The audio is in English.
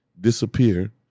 disappear